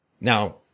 Now